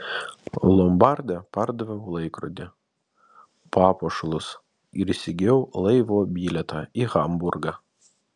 lombarde pardaviau laikrodį papuošalus ir įsigijau laivo bilietą į hamburgą